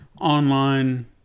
online